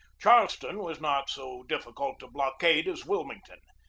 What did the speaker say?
charleston was not so difficult to blockade as wilmington.